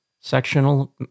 sectional